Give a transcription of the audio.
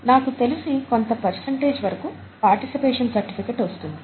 నాకు తెలిసి కొంత పర్సెంటేజ్ వరకు పార్టిసిపేషన్ సెర్టిఫికెట్ వస్తుంది